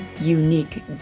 unique